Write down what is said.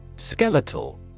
Skeletal